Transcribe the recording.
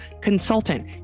consultant